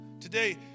today